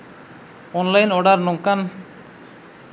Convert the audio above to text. online order ᱱᱚᱝᱠᱟᱱ